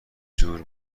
جور